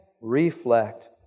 reflect